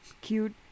cute